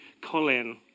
Colin